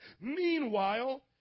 Meanwhile